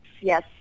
yes